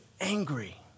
angry